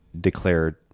declared